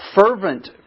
Fervent